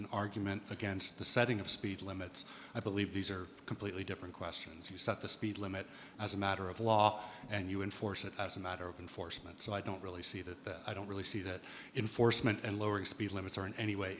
an argument against the setting of speed limits i believe these are completely different questions you set the speed limit as a matter of law and you enforce it as a matter of enforcement so i don't really see that i don't really see that in force meant and lowering speed limits are in any way